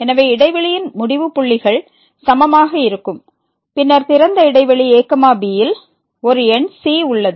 எனவே இடைவெளியின் முடிவுபுள்ளிகள் சமமாக இருக்கும் பின்னர் திறந்த இடைவெளி ab யில் ஒரு எண் c உள்ளது